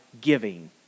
giving